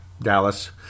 Dallas